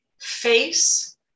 face